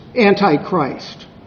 antichrist